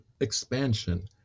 expansion